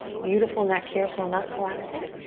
beautiful neck here, so we're not collapsing.